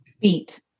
Beat